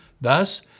Thus